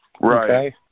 Right